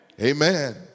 Amen